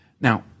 Now